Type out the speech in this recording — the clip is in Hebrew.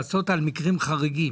לעשות על מקרים חריגים.